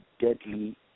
deadly